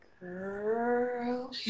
Girl